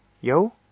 Yo